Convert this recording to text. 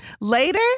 Later